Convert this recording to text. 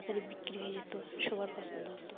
তাড়াতাড়ি বিক্রি হয়ে যেত সবার পছন্দ হতো